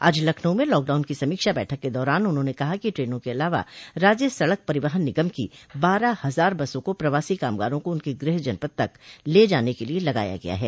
आज लखनऊ में लॉकडाउन की समीक्षा बैठक के दौरान उन्होंने कहा कि ट्रेनों के अलावा राज्य सड़क परिवहन निगम की बारह हजार बसों को प्रवासी कामगारों को उनके गृह जनपद तक ले जाने के लिये लगाया गया है